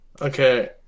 Okay